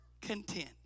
content